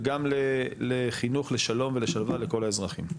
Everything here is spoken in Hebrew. וגם בחינוך לשלום ולשלווה לכל האזרחים,